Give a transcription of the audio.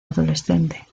adolescente